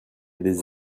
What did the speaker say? des